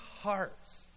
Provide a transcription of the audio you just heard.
hearts